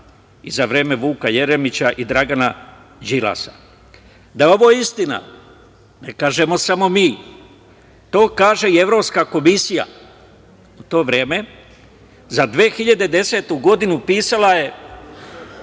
i za vreme Vuka Jeremića i Dragana Đilasa. Da je ovo istina, ne kažemo samo mi, to kaže i Evropska komisija u to vreme za 2010. godinu pisala je,